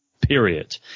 Period